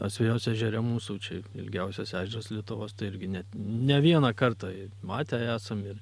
asvejos ežere mūsų čia ilgiausias ežeras lietuvos tai irgi net ne vieną kartą matę esam ir